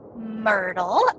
myrtle